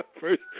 First